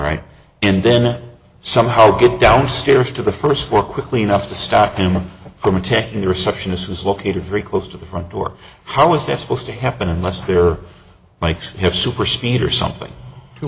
right and then somehow get downstairs to the first floor quickly enough to stop him from attacking the receptionist was located very close to the front door how is that supposed to happen unless there mikes have superspeed or something